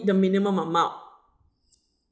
the minimum amount